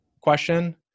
question